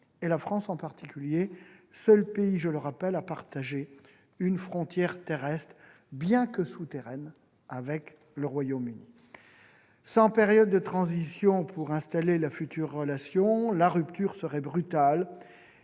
et la France en particulier, seul pays, je le rappelle, à partager une frontière terrestre, bien que celle-ci soit souterraine, avec le Royaume-Uni. Sans période de transition pour installer la future relation, la rupture serait brutale